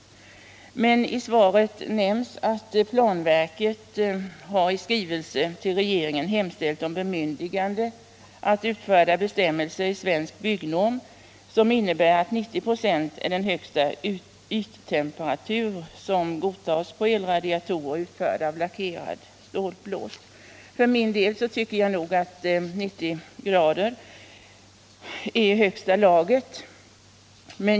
Bostadsministern nämnde dock att planverket i skrivelse till regeringen hemställt om bemyndigande att utfärda bestämmelser i Svensk byggnorm söm innebär, att 90 grader är den högsta temperatur som godtas för elradiatorer utförda av lackerad stålplåt. För min del tycker jag nog att 90 grader är i högsta laget.